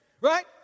right